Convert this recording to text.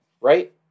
right